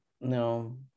no